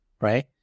right